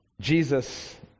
Jesus